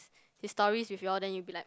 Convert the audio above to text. the stories with you all then you'll be like